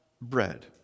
bread